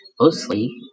mostly